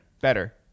Better